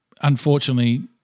unfortunately